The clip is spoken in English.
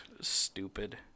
Stupid